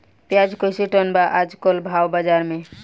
प्याज कइसे टन बा आज कल भाव बाज़ार मे?